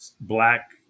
black